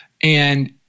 And-